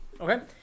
Okay